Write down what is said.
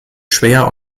schwer